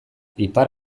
ipar